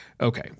Okay